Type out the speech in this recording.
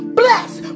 bless